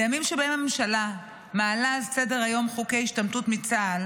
בימים שבהם הממשלה מעלה על סדר-היום חוקי השתמטות מצה"ל